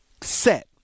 set